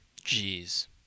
Jeez